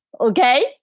Okay